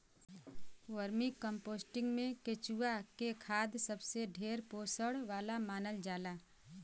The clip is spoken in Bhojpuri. वर्मीकम्पोस्टिंग में केचुआ के खाद सबसे ढेर पोषण वाला मानल जाला